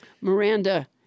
Miranda